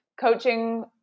coaching